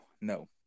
No